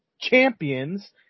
champions